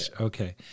Okay